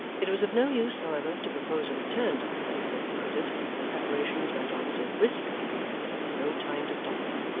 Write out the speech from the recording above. it was of no use, however, to propose a return to the place they had quitted, for the preparations went on so briskly that there was no time to stop them.